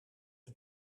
een